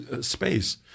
space